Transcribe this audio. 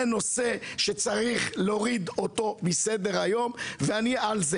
זה נושא שצריך להוריד אותו מסדר היום, ואני על זה.